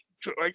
George